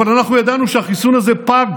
אבל אנחנו ידענו שהחיסון הזה פג